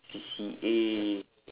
C_C_A